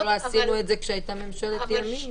למה לא עשינו את זה כשהייתה ממשלת ימין?